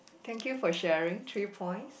thank you for sharing three points